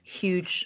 huge